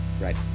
right